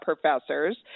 professors